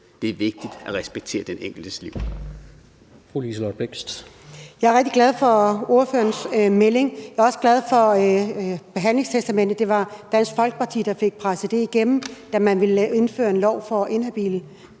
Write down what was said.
13:14 Liselott Blixt (DF): Jeg er rigtig glad for ordførerens melding. Jeg er også glad for behandlingstestamentet. Det var Dansk Folkeparti, der fik presset det igennem, da man ville indføre en lov for inhabile.